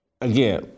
again